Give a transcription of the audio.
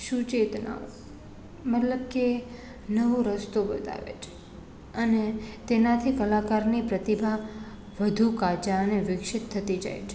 સુચેતના મતલબ કે નવો રસ્તો બતાવે છે અને તેનાથી કલાકારને પ્રતિભા વધુ કાં જાણે વિકસિત થતી જાય છે